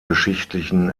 geschichtlichen